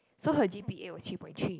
so her g_p_a was three point three